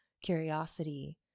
curiosity